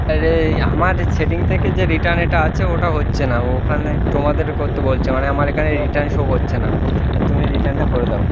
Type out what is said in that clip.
আরে এই আমার সেটিং থেকে যে রিটার্ন এটা আছে ওটা হচ্ছে না ওখানে তোমাদের করতে বলছে মানে আমার এখানে রিটার্ন শো করছে না তুমি রিটার্নটা করে দাও